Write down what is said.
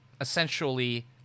essentially